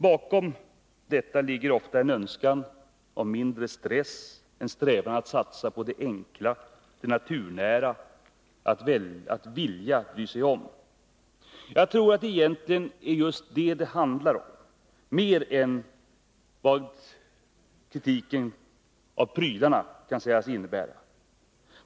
Bakom detta ligger ofta en önskan om mindre stress, en strävan att satsa på det enkla, det naturnära och att vilja bry sig om. Jag tror att det egentligen är just detta det handlar om — mer än vad kritiken av ”prylarna” kan sägas innebära.